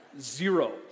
Zero